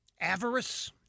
Avarice